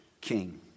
King